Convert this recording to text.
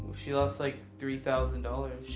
she lost like three thousand dollars.